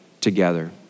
together